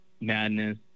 madness